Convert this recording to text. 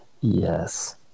Yes